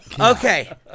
Okay